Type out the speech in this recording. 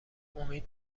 امید